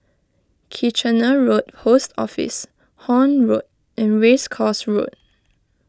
Kitchener Road Post Office Horne Road and Race Course Road